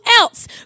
else